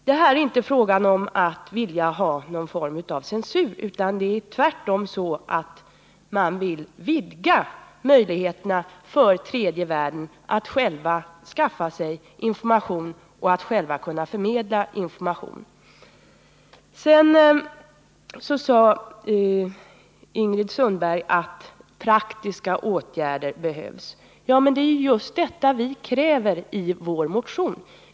Det är här inte fråga om att man vill ha censur, utan det är tvärtom så att man vill vidga möjligheterna för tredje världen att själv skaffa sig information och att själv kunna förmedla denna. Ingrid Sundberg säger att praktiska åtgärder behöver vidtas. Ja, det är ju just det som vi kräver i vår motion.